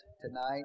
tonight